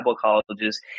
colleges